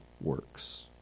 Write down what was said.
works